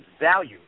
value